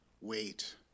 Wait